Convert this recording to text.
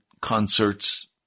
concerts